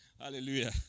Hallelujah